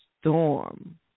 storm